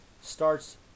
starts